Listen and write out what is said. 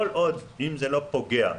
כל עוד זה לא פוגע,